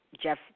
Jeff